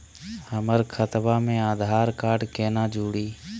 हमर खतवा मे आधार कार्ड केना जुड़ी?